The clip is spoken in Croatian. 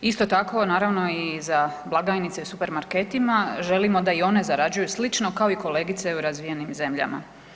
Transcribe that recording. Isto tako naravno i za blagajnice u supermarketima želimo da i one zarađuju slično kao i kolegice u razvijenim zemljama.